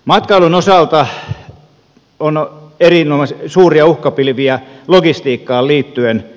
matkailun osalta on suuria uhkapilviä logistiikkaan liittyen